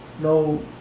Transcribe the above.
no